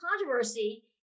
controversy